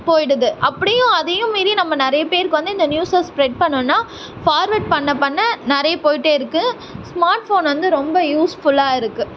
போயிவிடுது அப்படியும் அதையும் மீறி நம்ம நிறைய பேருக்கு வந்து இந்த நியூஸை ஸ்ப்ரெட் பண்ணுன்னா ஃபார்வேட் பண்ண பண்ண நிறைய போயிகிட்டே இருக்கு ஸ்மார்ட் ஃபோன் வந்து ரொம்ப யூஸ்ஃபுல்லாக இருக்கு